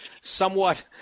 somewhat